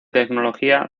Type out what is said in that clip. tecnología